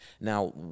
Now